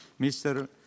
Mr